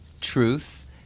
truth